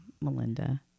Melinda